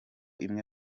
imwe